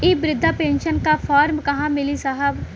इ बृधा पेनसन का फर्म कहाँ मिली साहब?